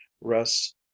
rests